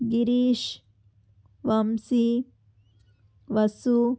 Girish Vamsi Vasu